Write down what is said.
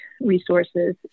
resources